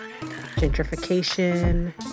gentrification